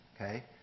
okay